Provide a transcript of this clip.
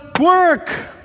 work